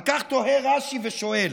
על כך תוהה רש"י ושואל: